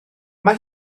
mae